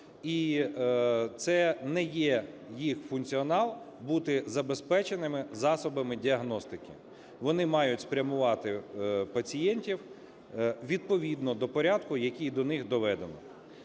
і це не є їх функціонал – бути забезпеченими засобами діагностики. Вони мають спрямувати пацієнтів відповідно до порядку, який до них доведено.